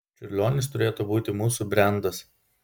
čiurlionis turėtų būti mūsų brendas